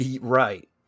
Right